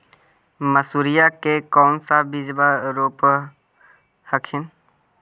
मसुरिया के कौन सा बिजबा रोप हखिन?